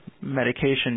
medication